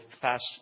fast